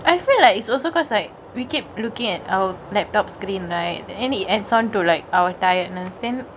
I feel like it's also cause like we keep lookingk at our laptop screen night any and on to like our diet and a then